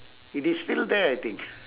it is still there I think